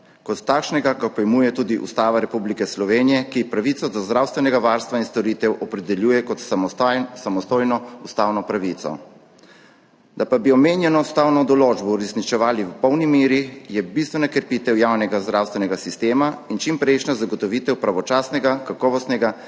Kot takšnega ga pojmuje tudi Ustava Republike Slovenije, ki pravico do zdravstvenega varstva in storitev opredeljuje kot samostojno ustavno pravico. Da pa bi omenjeno ustavno določbo uresničevali v polni meri, je bistvena krepitev javnega zdravstvenega sistema in čimprejšnja zagotovitev pravočasnega, kakovostnega